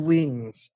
Wings